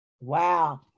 wow